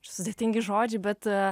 sudėtingi žodžiai bet